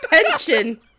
Pension